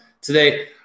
today